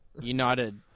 United